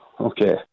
Okay